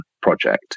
project